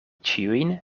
ĉiujn